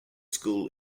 school